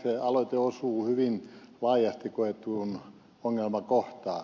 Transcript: kalliksen aloite osuu hyvin laajasti koettuun ongelmakohtaan